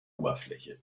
oberfläche